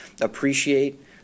appreciate